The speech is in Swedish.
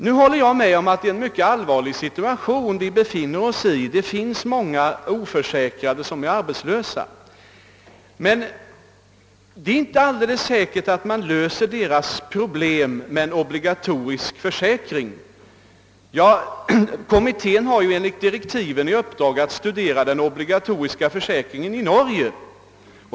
Nu håller jag med om att det är en mycket allvarlig situation som vi befinner oss i. Det finns många oförsäkrade som är arbetslösa, men det är inte alldeles säkert att man löser deras problem med en obligatorisk försäkring. Kommittén har ju enligt direktiven i uppdrag att studera den obligatoriska försäkringen i Norge.